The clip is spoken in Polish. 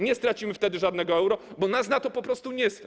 Nie stracimy wtedy żadnego euro, bo nas na to po prostu nie stać.